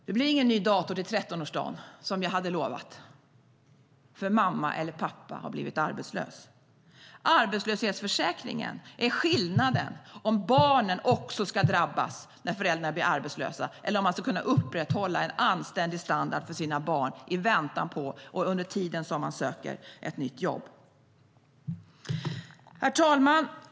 Det blir ingen ny dator till 13-årsdagen som jag hade lovat, för mamma eller pappa har blivit arbetslös. Herr talman!